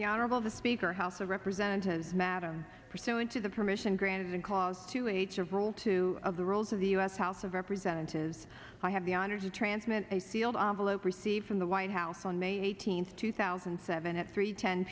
the honorable the speaker house of representatives madam pursuant to the permission granted and cause to age of rule two of the rules of the u s house of representatives i have the honor to transmit a field of low prosy from the white house on may eighteenth two thousand and seven at three ten